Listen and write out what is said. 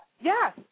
Yes